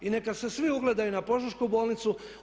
I neka se svi ugledaju na Požešku bolnicu.